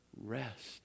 rest